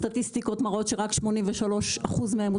הסטטיסטיקות מראות שרק 83% מהן לא